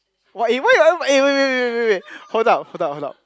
what if why would I eh wait wait wait wait hold up hold up hold up